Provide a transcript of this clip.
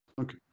Okay